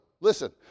listen